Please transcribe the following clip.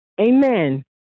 Amen